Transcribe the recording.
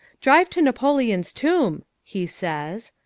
drive to napoleon's tomb, he says.